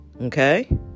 Okay